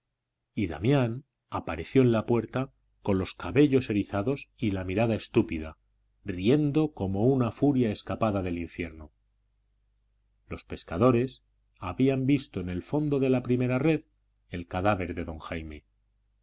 y damián apareció en la puerta con los cabellos erizados y la mirada estúpida riendo como una furia escapada del infierno los pescadores habían visto en el fondo de la primera red el cadáver de don jaime